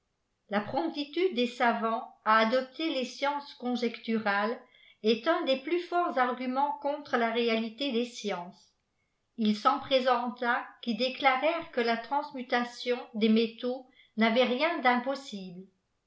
la promptitude des savants à adopter les sciences conjecturales est un de pins forts arguments ftcttvu'e la réalité des sciences il s'en présenla qui déclarèrent îue te transmutation des métaux n'avait rien d'impossible